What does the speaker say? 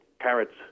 carrots